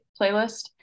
playlist